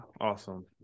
awesome